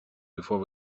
before